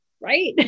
right